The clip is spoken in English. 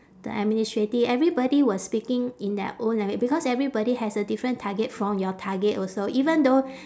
the administrative everybody will speaking in their own language because everybody has a different target from your target also even though